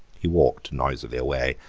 he walked noisily away,